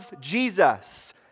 jesus